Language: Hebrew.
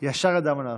ישר ידע מה לעשות,